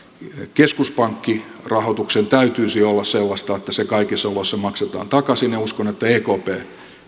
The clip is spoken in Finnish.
keskuspankkirahoituksen täytyisi olla sellaista että se kaikissa oloissa maksetaan takaisin ja uskon että ekp